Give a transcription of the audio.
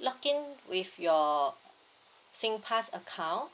log in with your SingPass account